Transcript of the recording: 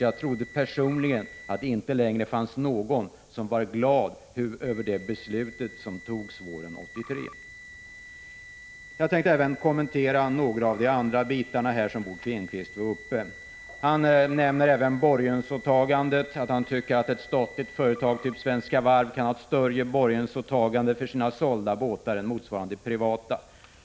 Jag trodde att det inte längre fanns någon som var glad över det beslut som fattades våren 1983. Jag tänkte även kommentera några av de andra frågor som Bo Finnkvist tog upp. Han nämner borgensåtagandet och tycker att ett statligt företag, typ Svenska Varv, kan ha större borgensåtagande för sina sålda båtar än motsvarande privata företag.